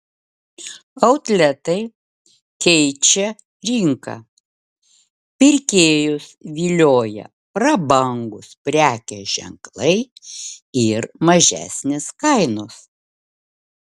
outletai keičia rinką pirkėjus vilioja prabangūs prekės ženklai ir mažesnės kainos